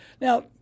Now